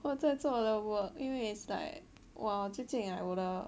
我在做我的 work 因为 is like !wah! 最近 like 我的